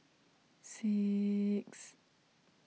six